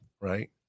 Right